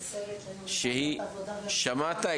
שמעת?